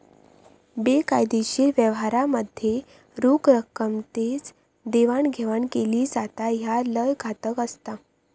बेकायदेशीर व्यवहारांमध्ये रोख रकमेतच देवाणघेवाण केली जाता, ह्या लय घातक असता